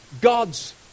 God's